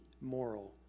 moral